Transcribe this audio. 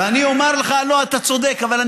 אתה צודק, אבל,